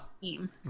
team